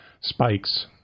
spikes